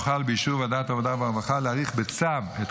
באישור ועדת העבודה והרווחה שר העבודה יוכל להאריך בצו את